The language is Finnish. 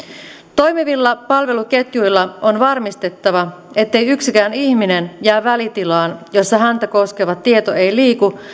toimivilla palveluketjuilla on varmistettava ettei yksikään ihminen jää välitilaan jossa häntä koskeva tieto ei liiku